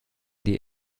die